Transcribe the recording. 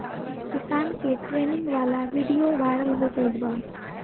किसान के ट्रेनिंग वाला विडीओ वायरल हो गईल बा